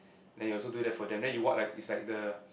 then you also do that for them then you what like is like the